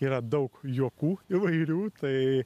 yra daug juokų įvairių tai